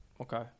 Okay